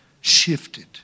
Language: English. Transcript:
shifted